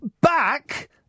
back